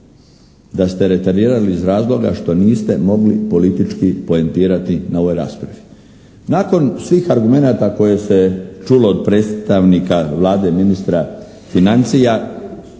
da ste «reterirali» iz razloga što niste mogli politički poentirati na ovoj raspravi. Nakon svih argumenata koje se čulo od predstavnika Vlade, ministra financija